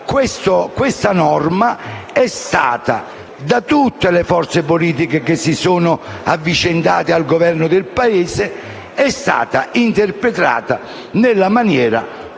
questa norma sia stata, da tutte le forze politiche che si sono avvicendate al Governo del Paese, interpretata nella maniera più